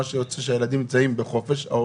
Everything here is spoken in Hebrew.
משה, אני מבקש שתבדוק את זה.